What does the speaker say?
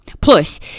Plus